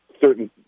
certain